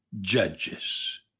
judges